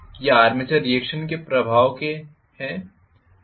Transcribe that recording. ये armature reaction के प्रभाव हैं